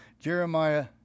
Jeremiah